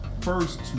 first